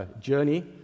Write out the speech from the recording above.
journey